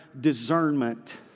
discernment